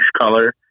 color